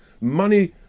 money